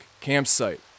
campsite